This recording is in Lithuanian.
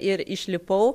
ir išlipau